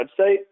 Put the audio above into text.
website